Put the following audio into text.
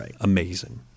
amazing